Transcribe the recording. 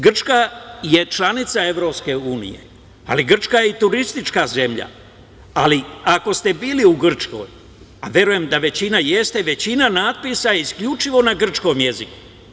Grčka je članica EU, ali Grčka je i turistička zemlja, ali ako ste bili u Grčkoj, a verujem da većina jeste, većina natpisa je isključivo na grčkom jeziku.